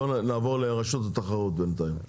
בוא נעבור לרשות התחרות בינתיים.